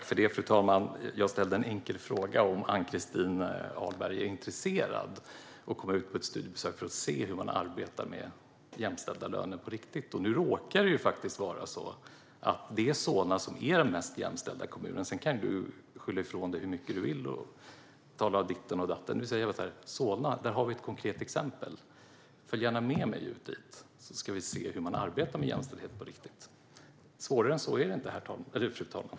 Fru talman! Jag ställde en enkel fråga: Är Ann-Christin Ahlberg intresserad av att komma ut på ett studiebesök för att se hur man arbetar med jämställda löner på riktigt? Nu råkar det ju faktiskt vara så att det är Solna som är den mest jämställda kommunen. Sedan kan du skylla ifrån dig hur mycket du vill, Ann-Christin Ahlberg, och tala om ditten och datten - i Solna har vi ett konkret exempel. Följ gärna med mig ut dit, så ska vi se hur man arbetar med jämställdhet på riktigt! Svårare än så är det inte, fru talman.